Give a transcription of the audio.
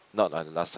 not like last time